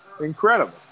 Incredible